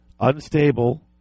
unstable